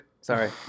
sorry